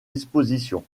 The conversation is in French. disposition